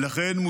ולכן,